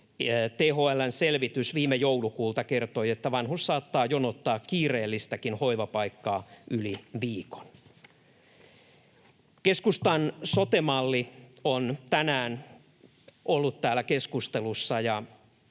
THL:n selvitys viime joulukuulta kertoi: ”Vanhus saattaa jonottaa kiireellistäkin hoivapaikkaa yli viikon.” Keskustan sote-malli on tänään ollut täällä keskustelussa